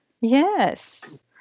Yes